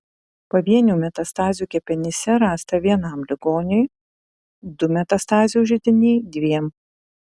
pavienių metastazių kepenyse rasta vienam ligoniui du metastazių židiniai dviem